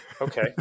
Okay